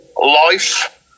life